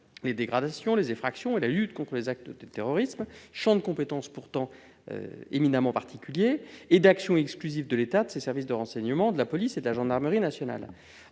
les dégradations et les effractions et la lutte contre les actes de terrorisme qui est pourtant un champ de compétences très particulier et d'action exclusive de l'État, de ses services de renseignement, de la police et de la gendarmerie nationales.